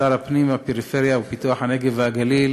שר הפנים והשר לפיתוח הפריפריה, הנגב והגליל